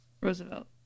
Roosevelt